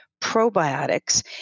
probiotics